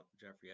Jeffrey